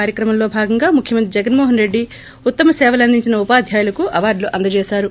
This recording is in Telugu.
కార్యక్రమంలో భాగంగా ముఖ్యమంత్రి జగన్మోహన్ రెడ్డి ఉత్తమ సేవలందించిన పాధ్యాయులకు అవార్గులు అందజేశారు